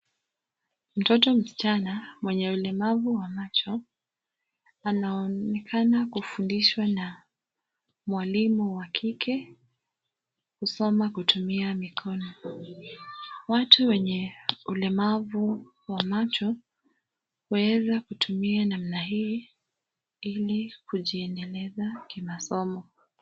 Mtoto mischana mwenye ulemavu wa macho anaonekana kufudishwa na mwalimu wa kike kusoma kutumia mikono. Watu wenye ulemavu wa macho waweza kutumia namna hii ili kijiendelesha kimasomo.